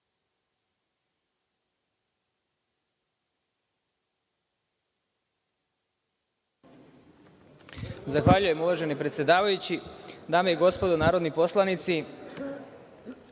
Zahvaljujem, uvaženi predsedavajući. Dame i gospodo narodni poslanici,